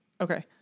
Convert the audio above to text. Okay